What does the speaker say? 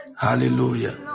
Hallelujah